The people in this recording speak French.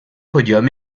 podium